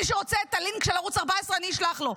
מי שרוצה את הלינק של ערוץ 14 אני אשלח לו,